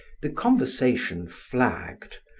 the conversation flagged,